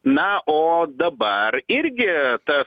na o dabar irgi ta